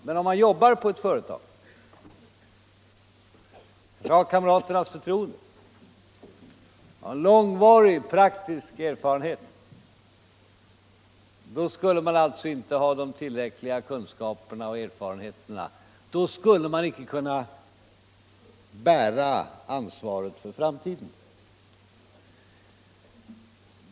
Men om man jobbar på ett företag och har kamraternas förtroende och en långvarig praktisk erfarenhet, skulle man alltså inte ha tillräckliga kunskaper och erfarenheter — då skulle man icke kunna bära ansvaret för framtiden.